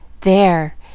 There